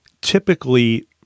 typically